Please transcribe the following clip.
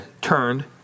turned